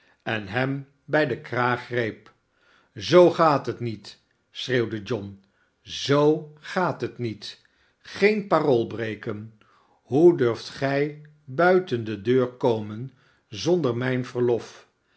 en hem bij den kraag greep zoo gaat het niet schreeuwde john zoo gaat het niet geen parool breken hoe durft gij buiten de deur komen zonder mijn verlof